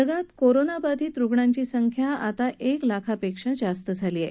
जगात कोरोना बाधित रुग्णांची संख्या आता एक लाखापेक्षा जास्त झाली आहे